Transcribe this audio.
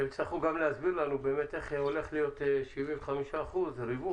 תצטרכו גם להסביר לנו באמת איך הולך להיות 75% וריווח?